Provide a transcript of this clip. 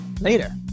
later